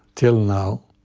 till now.